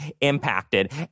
impacted